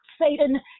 Satan